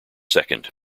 second